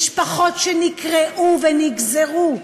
משפחות שנקרעו ונגזרו,